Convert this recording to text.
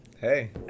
Hey